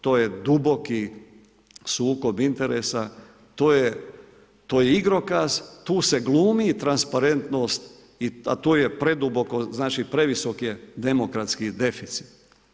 To je duboki sukob interesa, to je igrokaz, tu se glumi transparentnost a tu je preduboko, znači previsok je demokratski deficit.